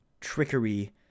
trickery